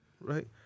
Right